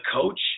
coach